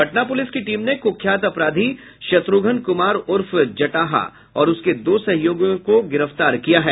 Patna police की टीम ने कुख्यात अपराधी शत्रुध्न कुमार उर्फ जटाहा और उसके दो सहयोगियों को गिरफ्तार किया है